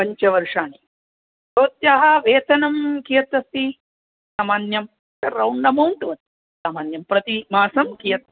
पञ्चवर्षाणि भवत्याः वेतनं कियत् अस्ति सामान्यं रौण्ड् अमौण्ट् सामान्यं प्रति मासं कियत्